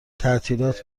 تعطیلات